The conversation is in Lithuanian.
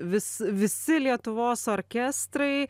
vis visi lietuvos orkestrai